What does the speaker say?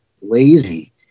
lazy